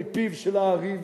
מפיו של הארי,